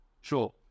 Sure